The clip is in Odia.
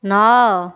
ନଅ